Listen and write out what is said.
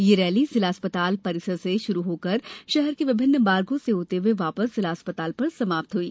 ये रैली जिला अस्पताल परिसर से शुरू होकर शहर के विभिन्न मार्गो से होते हुए वापस जिला अस्पताल पर समाप्त हुई